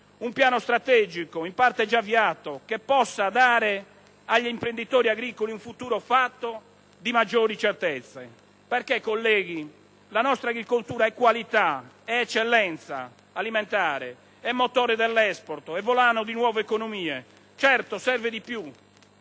un piano strategico, in parte già avviato, che possa dare agli imprenditori agricoli un futuro fatto di maggiori certezze. Infatti, colleghi, la nostra agricoltura è qualità, è eccellenza alimentare, è motore dell'*export*, è volano di nuove economie. Certo, serve di più.